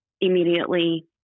immediately